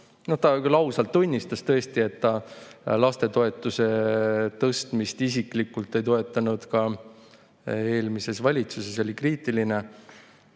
Ta küll ausalt tunnistas, et ta lastetoetuse tõstmist isiklikult ei toetanud ka eelmises valitsuses, oli kriitiline.